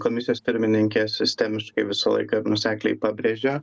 komisijos pirmininkė sistemiškai visą laiką nuosekliai pabrėžia